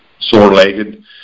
sore-legged